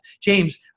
James